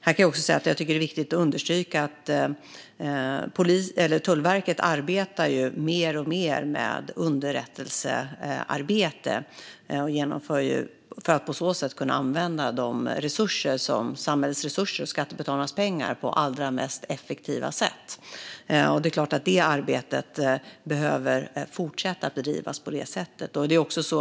Här är det viktigt att understryka att Tullverket arbetar alltmer med underrättelsearbete för att på så sätt kunna använda samhällets resurser och skattebetalarnas pengar på allra mest effektiva sätt. Det är klart att det arbetet behöver fortsätta att bedrivas på det sättet.